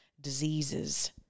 diseases